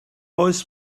oes